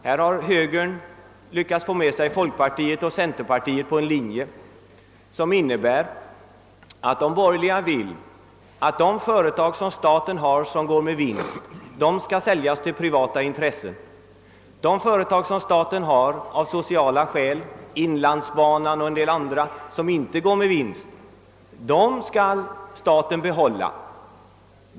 Högern har lyckats få folkpartiet och centerpartiet med sig på en linje som innebär att statliga företag som går med vinst skall säljas till privata intressenter, medan de företag som staten driver av sociala skäl och som går med förlust, t.ex. inlandsbanan och en del andra företag, skall staten behålla.